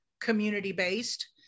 community-based